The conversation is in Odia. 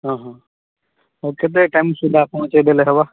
ହଁ ହଁ କେତେ ଟାଇମ ସୁଦ୍ଧା ପହଞ୍ଚେଇ ଦେଲେ ହେବା